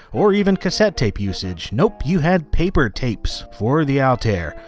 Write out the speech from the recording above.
or even cassette tape usage. nope, you had paper tapes for the altair,